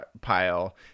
pile